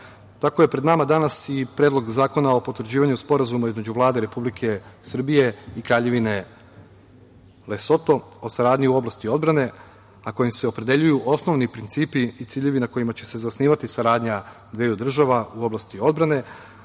Tako je pred nama danas i Predlog zakona o potvrđivanju sporazuma između Vlade Republike Srbije i Kraljevine Lesoto o saradnji u oblasti odbrane, a kojim se opredeljuju osnovni principi i ciljevi na kojima će se zasnivati saradnja dveju država u oblasti odbrane,